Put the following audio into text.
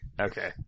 Okay